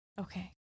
Okay